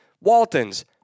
Walton's